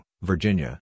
Virginia